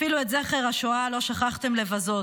אפילו את זכר השואה לא שכחתם לבזות,